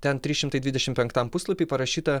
ten trys šimtai dvidešim penktam puslapy parašyta